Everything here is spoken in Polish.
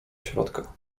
środka